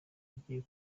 yagiye